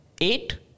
eight